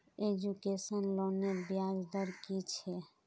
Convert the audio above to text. Education लोनेर ब्याज दर कि छे?